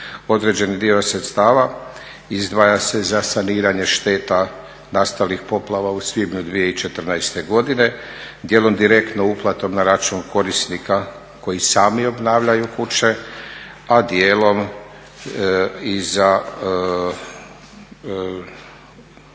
Određeni dio sredstava izdvaja se za saniranje šteta nastalih poplava u svibnju 2014., dijelom direktno uplatom na račun korisnika koji sami obnavljaju kuće, a dijelom i za